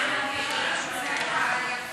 ההצעה להעביר את